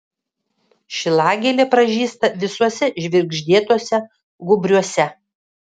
šilagėlė pražysta visuose žvirgždėtuose gūbriuose